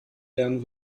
lernen